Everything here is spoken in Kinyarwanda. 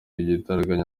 igitaraganya